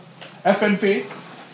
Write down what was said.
FNP